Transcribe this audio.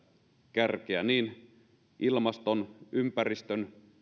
kärkeä niin ilmaston ympäristön